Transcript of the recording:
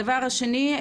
הדבר השני,